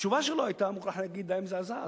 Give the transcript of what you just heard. התשובה שלו היתה, אני מוכרח להגיד, די מזעזעת.